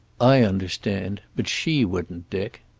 i understand. but she wouldn't, dick.